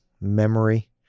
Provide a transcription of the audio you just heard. memory